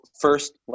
first